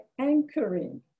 anchoring